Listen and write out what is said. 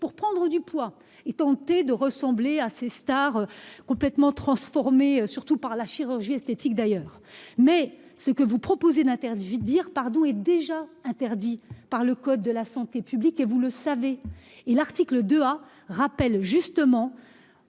pour prendre du poids et tenter de ressembler à ces Stars complètement transformé surtout par la chirurgie esthétique d'ailleurs mais ce que vous proposez d'Inter 18 dire pardon est déjà interdit par le code de la santé publique et vous le savez et l'article de à rappel justement